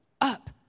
up